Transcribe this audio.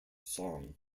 song